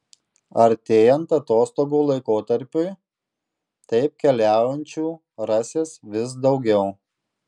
artėjant atostogų laikotarpiui taip keliaujančių rasis vis daugiau